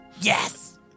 Yes